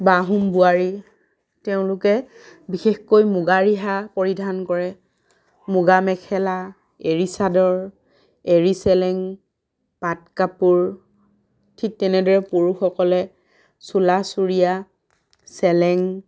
বা আহোম বোৱাৰী তেওঁলোকে বিশেষকৈ মুগা ৰিহা পৰিধান কৰে মুগা মেখেলা এৰী চাদৰ এৰী চেলেং পাট কাপোৰ ঠিক তেনেদৰে পুৰুষসকলে চোলা চুৰিয়া চেলেং